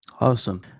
Awesome